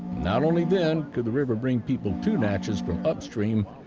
not only then could the river bring people to natchez from upstream.